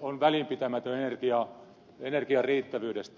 on välinpitämätön energian riittävyydestä